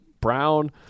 brown